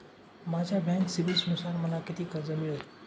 माझ्या बँक सिबिलनुसार मला किती कर्ज मिळेल?